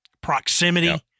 proximity